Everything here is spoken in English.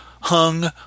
hung